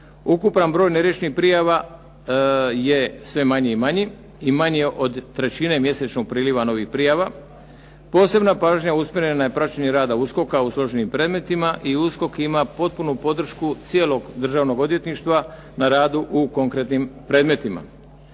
ukupan broj neriješenih prijava je sve manji i manji i manji od trećine mjesečnog priliva novih prijava. Posebna pažnja usmjerena je na praćenje rada USKOK-a u složenim predmetima, i USKOK ima potpunu podršku cijelog državnnog odvjetništva na radu u konkretnim predmetima.